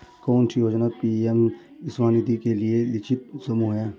कौन सी योजना पी.एम स्वानिधि के लिए लक्षित समूह है?